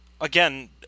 again